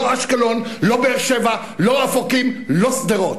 לא אשקלון, לא באר-שבע, לא אופקים, לא שדרות.